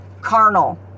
carnal